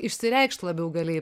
išsireikšt labiau galėjai